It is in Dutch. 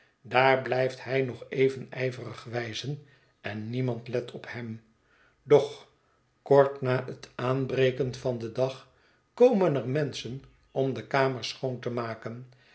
daar blijft hij nog even ijverig wijzen en niemand let op hem doch kort na het aanbreken van den dag komen er menschen om de kamers schoon te maken